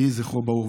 יהי זכרו ברוך,